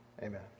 Amen